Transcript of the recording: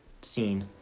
scene